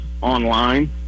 online